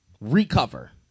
recover